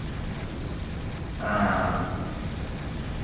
ᱮᱸᱜ